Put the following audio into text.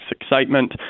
excitement